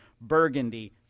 burgundy